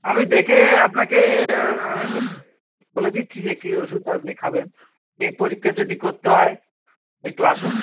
আমি দেখে আপনাকে বলে দিচ্ছি যে কী ওষুধটা আপনি খাবেন দিয়ে পরীক্ষা যদি করতে হয় একটু আসুন